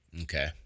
Okay